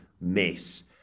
miss